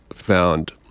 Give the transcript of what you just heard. Found